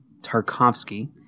Tarkovsky